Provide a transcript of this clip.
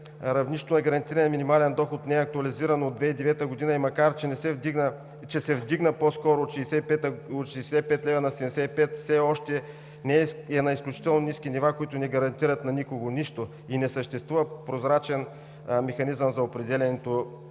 равнището на гарантирания минимален доход не е актуализиран от 2009 г. и макар че се вдигна от 65 лв. на 75 лв. все още е на изключително ниски нива, които не гарантират на никого нищо и не съществува прозрачен механизъм за определянето